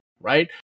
right